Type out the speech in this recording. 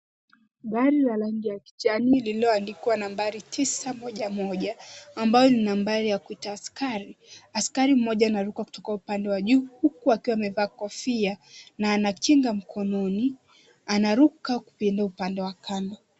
Gari la rangi ya kijani lililoandikwa nambari 911 ambayo ni nambari ya kuita askari . Askari mmoja anaruka kutoka upande wa juu huku akiwa amevaa kofia na ana kinga mkononi . Anaruka kupita upande wa kando.